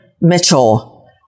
Mitchell